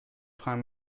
freins